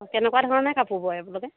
অ' কেনেকুৱা ধৰণে কাপোৰ বয় আপোনালোকে